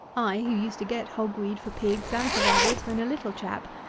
i, who used to get hog-weed for pigs and for rabbits when a little chap,